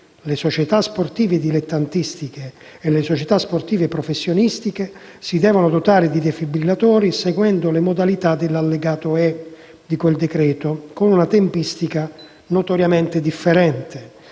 le società sportive dilettantistiche e le società sportive professionistiche si devono dotare di defibrillatori, seguendo le modalità dell'allegato E del decreto, con una tempistica notoriamente differente: